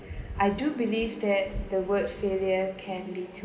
I do believe that the word failure can be too